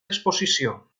exposicions